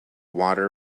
water